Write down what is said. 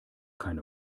keine